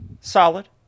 Solid